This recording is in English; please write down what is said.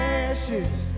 ashes